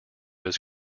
his